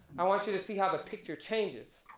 i want you to see how the picture changes.